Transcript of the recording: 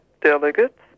delegates